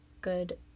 good